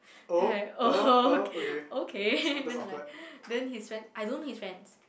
then I oh okay then I like then his friend I don't know his friends